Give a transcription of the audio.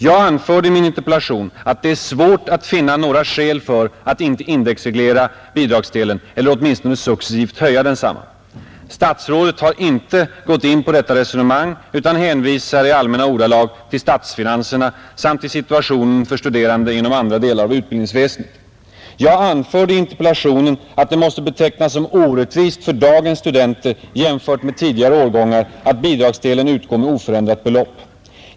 Jag anförde i min interpellation att det är svårt att finna några skäl för att inte indexreglera bidragsdelen eller åtminstone successivt höja densamma, Statsrådet har inte gått in på detta resonemang utan hänvisar i allmänna ordalag till statsfinanserna samt till situationen för studerande inom andra delar av utbildningsväsendet. Jag anförde i interpellationen att det måste betecknas som orättvist för dagens studenter, jämfört med tidigare årgångar, att bidragsdelen utgår med oförändrat belopp.